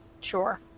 Sure